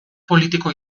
politiko